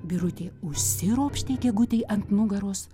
birutė užsiropštė gegutei ant nugaros